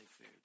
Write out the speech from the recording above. food